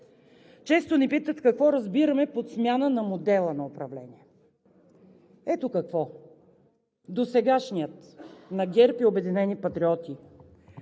Често ни питат какво разбираме под смяна на модела на управление. Ето какво. Досегашният – на ГЕРБ и „Обединени патриоти“,